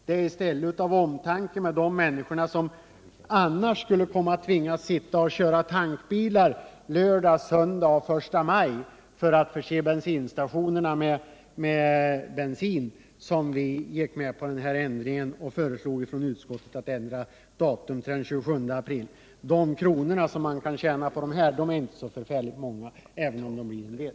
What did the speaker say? Det är i stället av omtanke om de människor som annars skulle komma att sitta och köra tankbilar lördag, söndag och 1 maj för att förse bensinstationerna med 155 bensin som vi från utskottet föreslagit en ändring av datum till den 27 april. De kronor som man kan tjäna på detta är inte så förfärligt många, även om det blir en del.